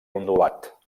ondulat